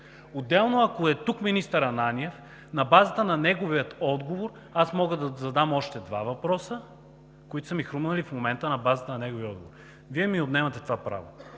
Отделно, ако министър Ананиев е тук, на базата на неговия отговор мога да задам още два въпроса, които са ми хрумнали в момента – на базата на неговия отговор. Вие ми отнемате това право.